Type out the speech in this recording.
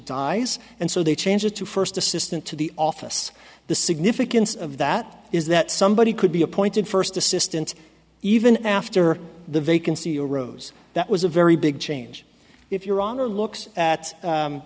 dies and so they change it to first assistant to the office the significance of that is that somebody could be appointed first assistant even after the vacancy arose that was a very big change if your honor looks at